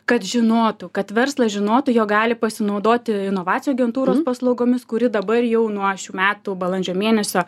kad žinotų kad verslas žinotų jog gali pasinaudoti inovacijų agentūros paslaugomis kuri dabar jau nuo šių metų balandžio mėnesio